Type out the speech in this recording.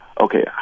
okay